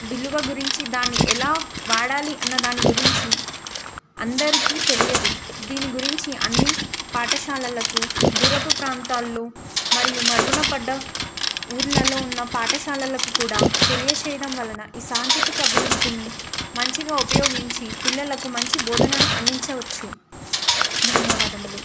విలువ గురించి దాన్ని ఎలా వాడాలి అన్న దాని గురించి అందరికీ తెలియదు దీని గురించి అన్ని పాఠశాలలకు దూరపు ప్రాంతాల్లో మరియు మరుగునపడ్డ ఊర్లలో ఉన్న పాఠశాలలకు కూడా తెలియజేయడం వలన ఈ సాంకేతిక అభివృద్ధిని మంచిగా ఉపయోగించి పిల్లలకు మంచి బోధనను అందించవచ్చు ధన్యవాదములు